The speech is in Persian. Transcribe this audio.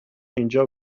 اینجا